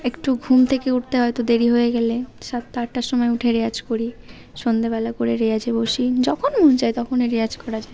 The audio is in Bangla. একটু ঘুম থেকে উঠতে হয়তো দেরি হয়ে গেলে সাতটা আটটার সময় উঠে রেয়াজ করি সন্ধেবেলা করে রেয়াজে বসি যখন মন চায় তখনই রেয়াজ করা যায়